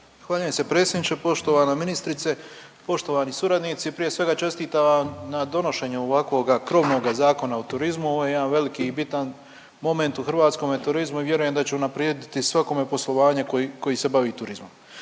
Zahvaljujem se predsjedniče. Poštovana ministrice, poštovani suradnici prije svega čestitam vam na donošenju ovakvoga krovnoga zakona o turizmu. Ovo je jedan veliki i bitan moment u hrvatskome turizmu i vjerujem da će unaprijediti svakome poslovanje koji, koji se bavi turizmom.